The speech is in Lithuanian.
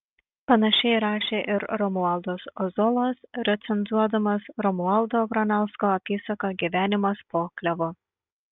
panašiai rašė ir romualdas ozolas recenzuodamas romualdo granausko apysaką gyvenimas po klevu